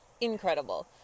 incredible